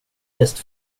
bäst